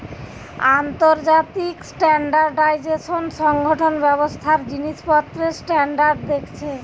আন্তর্জাতিক স্ট্যান্ডার্ডাইজেশন সংগঠন ব্যবসার জিনিসপত্রের স্ট্যান্ডার্ড দেখছে